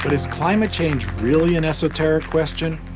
but is climate change really an esoteric question,